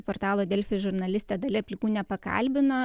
portalo delfi žurnalistė dalia plikūnė pakalbino